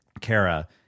Kara